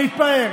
להתפאר.